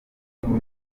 yagize